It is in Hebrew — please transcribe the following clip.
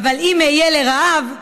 אבל אם אהיה לרעב,